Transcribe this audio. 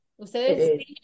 Ustedes